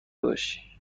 باشی